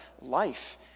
life